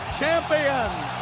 champions